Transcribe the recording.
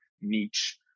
niche